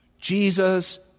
Jesus